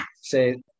say